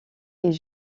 est